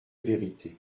vérité